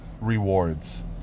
rewards